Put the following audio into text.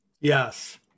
Yes